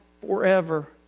forever